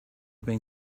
been